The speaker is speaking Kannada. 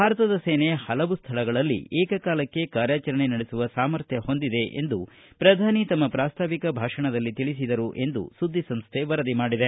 ಭಾರತದ ಸೇನೆ ಪಲವು ಸ್ಥಳಗಳಲ್ಲಿ ಏಕಕಾಲಕ್ಕೆ ಕಾರ್ಯಾಚರಣೆ ನಡೆಸುವ ಸಾಮರ್ಥ್ಯ ಹೊಂದಿದೆ ಎಂದು ಪ್ರಧಾನಿ ತಮ್ಮ ಪ್ರಾಸ್ತಾವಿಕ ಭಾಷಣದಲ್ಲಿ ತಿಳಿಸಿದ್ದಾರೆ ಎಂದು ಸುದ್ದಿ ಸಂಸ್ಟೆ ವರದಿ ಮಾಡಿದೆ